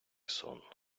сон